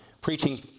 preaching